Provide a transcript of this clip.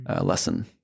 lesson